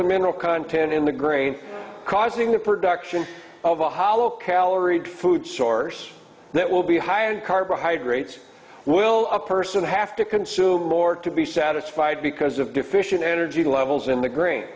the mineral content in the grain causing the production of a hollow calorie food source that will be high and carbohydrates will a person have to consume or to be satisfied because of deficient energy levels in the green